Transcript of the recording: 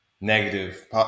negative